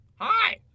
Hi